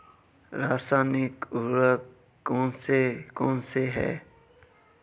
रासायनिक उर्वरक कौन कौनसे हैं?